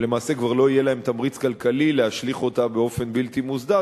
שלמעשה כבר לא יהיה להם תמריץ כלכלי להשליך אותה באופן בלתי מוסדר,